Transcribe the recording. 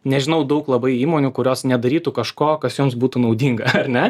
nežinau daug labai įmonių kurios nedarytų kažko kas joms būtų naudinga ar ne